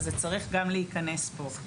זה צריך להיכנס גם כאן.